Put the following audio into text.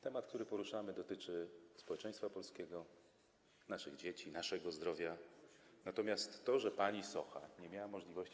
Temat, który poruszamy, dotyczy społeczeństwa polskiego, naszych dzieci, naszego zdrowia, natomiast to, że pani Socha nie miała możliwości.